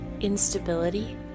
instability